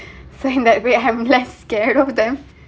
saying that way I'm less scared over them